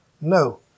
No